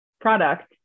product